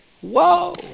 Whoa